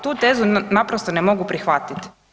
Tu tezu naprosto ne mogu prihvatit.